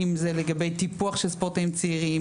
אם זה לגבי טיפוח של ספורטאים צעירים,